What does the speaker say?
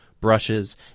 brushes